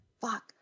fuck